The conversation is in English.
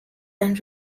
and